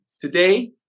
Today